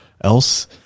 else